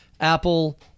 Apple